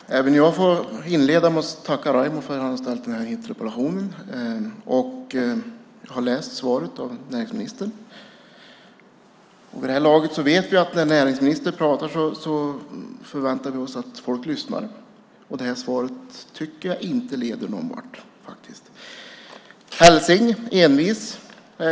Fru talman! Även jag får inleda med att tacka Raimo för att han har ställt den här interpellationen. Jag har läst svaret från näringsministern. Vid det här laget vet vi att vi förväntar oss att folk lyssnar när näringsministern pratar. Det här svaret tycker jag faktiskt inte leder någon vart. Jag är hälsing och envis.